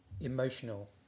emotional